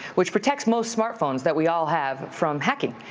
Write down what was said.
which protects most smartphones that we all have from hacking.